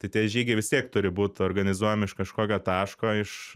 tai tie žygiai vis tiek turi būt organizuojami iš kažkokio taško iš